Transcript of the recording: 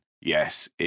yes